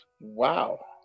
Wow